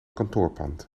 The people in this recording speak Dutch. kantoorpand